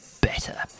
better